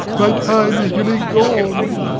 my time is nearly gone.